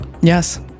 yes